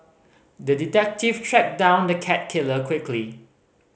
the detective tracked down the cat killer quickly